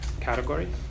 category